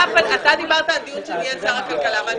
אתה דיברת על דיון שניהל שר הכלכלה ואני